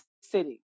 city